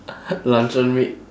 luncheon meat